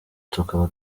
tukaba